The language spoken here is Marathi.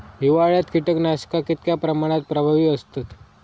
हिवाळ्यात कीटकनाशका कीतक्या प्रमाणात प्रभावी असतत?